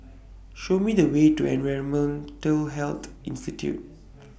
Show Me The Way to Environmental Health Institute